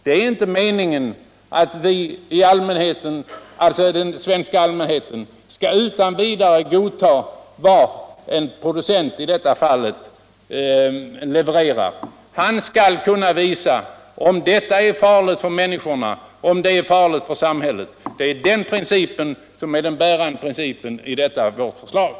Det är inte meningen att den svenska allmänheten utan vidare skall godta vad en producent levererar, utan han skall kunna visa om detta är farligt för människorna eler för samhället. Det är den bärande principen i förslaget.